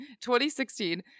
2016